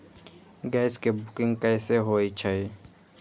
Gas के booking कैसे होईछई?